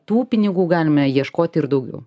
tų pinigų galime ieškoti ir daugiau